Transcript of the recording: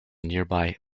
nearby